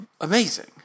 amazing